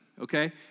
okay